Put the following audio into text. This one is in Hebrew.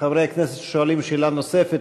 חברי הכנסת שואלים שאלה נוספת,